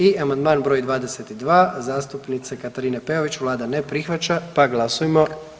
I amandman br. 22 zastupnice Katarine Peović, vlada ne prihvaća pa glasajmo.